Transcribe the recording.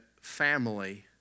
family